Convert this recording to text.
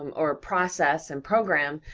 um or process and program,